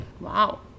Wow